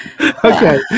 okay